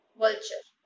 vulture